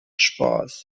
spaß